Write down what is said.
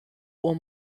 uhr